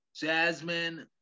Jasmine